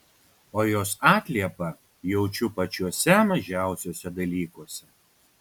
o jos atliepą jaučiu pačiuose mažiausiuose dalykuose